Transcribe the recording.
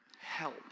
help